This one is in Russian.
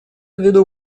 ввиду